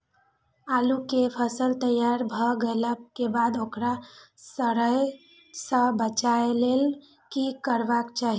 आलू केय फसल तैयार भ गेला के बाद ओकरा सड़य सं बचावय लेल की करबाक चाहि?